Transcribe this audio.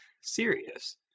serious